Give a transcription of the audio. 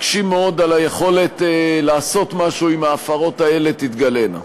מקשים מאוד על היכולת לעשות משהו אם ההפרות האלה תתגלינה.